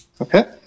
Okay